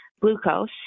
glucose